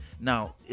Now